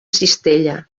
cistella